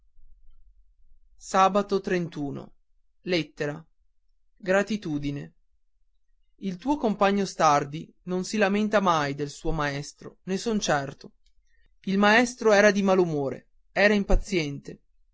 ma a ratitudine sao l tuo compagno stardi non si lamenta mai del suo maestro ne son certo il maestro era di malumore era impaziente